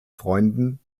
freunden